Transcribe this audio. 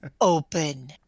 open